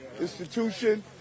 institution